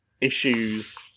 issues